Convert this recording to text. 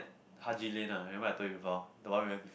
Haji Lane uh remember I told you before the one we went with